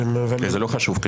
זה לא חשוב?